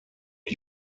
new